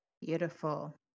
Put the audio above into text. Beautiful